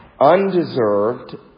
undeserved